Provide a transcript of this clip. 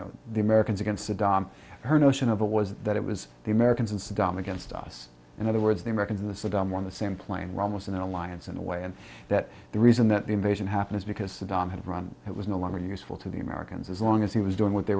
know the americans against saddam her notion of it was that it was the americans and saddam against us in other words the american the saddam one the same plane ramos in an alliance in a way and that the reason that the invasion happened is because saddam had run it was no longer useful to the americans as long as he was doing what they